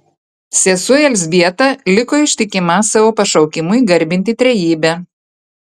sesuo elzbieta liko ištikima savo pašaukimui garbinti trejybę